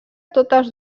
totes